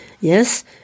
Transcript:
Yes